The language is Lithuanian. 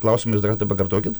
klausimą jūs da kartą pakartokit